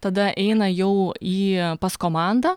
tada eina jau į pas komandą